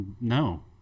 no